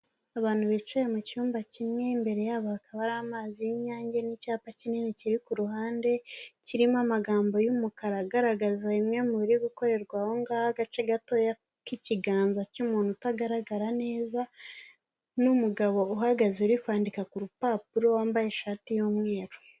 Abantu bicaye mu cyumba kimwe, imbere yabo hakaba hari amazi y'inyange n’icyapa kinini kiri ku ruhande kirimo amagambo y’umukara agaragaza bimwe mu biri gukorerwa aho ngaho, agace gato k'ikiganza cy'umuntu utagaragara neza n’umugabo uhagaze uri kwandika ku rupapuro wambaye ishati y’umweru.